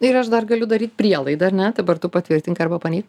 na ir aš dar galiu daryt prielaidą ar ne dabar tu patvirtink arba paneik